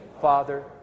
Father